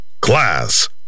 class